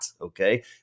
okay